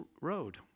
road